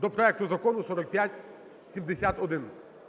до проекту Закону 4571.